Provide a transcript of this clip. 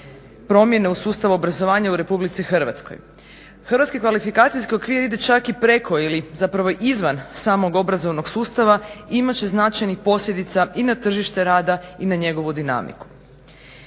promjene u sustavu obrazovanja u Republici Hrvatskoj. Hrvatski kvalifikacijski okvir ide čak i preko ili zapravo izvan samog obrazovnog sustava i imat će značajnih posljedica i na tržište rada i na njegovu dinamiku.